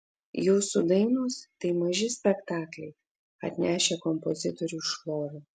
jūsų dainos tai maži spektakliai atnešę kompozitoriui šlovę